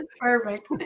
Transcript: Perfect